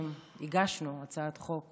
הגשנו הצעת חוק